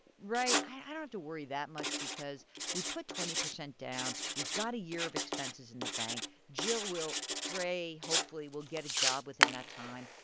right. i don't have to worry that much because we put twenty percent down. we've got a year of expenses in the bank. jill we'll pray hopefully, will get a job within that time.